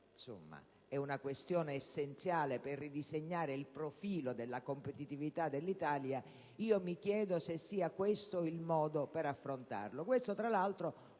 insomma, è una questione essenziale per ridisegnare il profilo della competitività dell'Italia e mi chiedo se sia questo il modo per affrontarla. Ciò, tra l'altro,